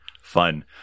fun